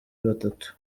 batatu